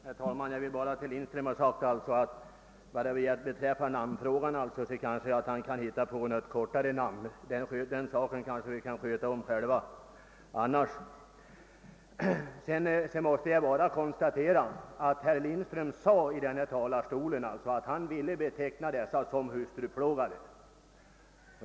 Herr talman! Jag vill bara till herr Lindström ha sagt, att vad beträffar partinamnfrågan så kanske man kan hitta på något kortare namn. Den saken kanske vi kan sköta om själva. Sedan måste jag bara konstatera, att herr Lindström sade här i talarstolen att han ville beteckna deltidsjordbrukarna som hustruplågare.